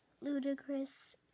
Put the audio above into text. Ludicrous